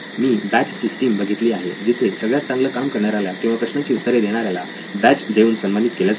मी badge system बघितलेली आहे जिथे सगळ्यात चांगलं काम करणाऱ्याला किंवा प्रश्नांची उत्तरे देणाऱ्याला बॅज देऊन सन्मानित केल्या जाते